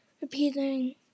repeating